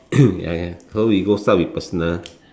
ya ya can so we go start with personal